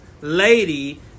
lady